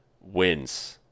wins